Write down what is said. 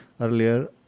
earlier